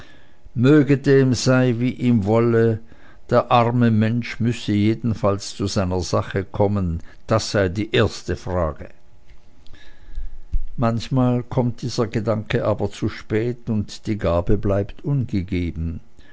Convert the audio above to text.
möge dem sein wie ihm wolle der arme mensch müsse jedenfalls zu seiner sache kommen das sei die erste frage manchmal kommt dieser gedanke aber zu spät und die gabe bleibt